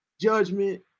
Judgment